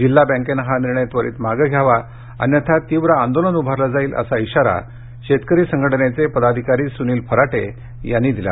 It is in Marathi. जिल्हा बँकेने हा निर्णय त्वरित मागे घ्यावा अन्यथा तीव्र आंदोलन उभारले जाईल असा इशारा शेतकरी संघटनेचे पदाधिकारी सुनील फराटे यांनी दिला